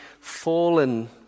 fallen